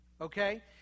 Okay